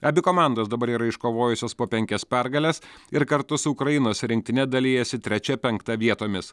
abi komandos dabar yra iškovojusios po penkias pergales ir kartu su ukrainos rinktine dalijasi trečia penkta vietomis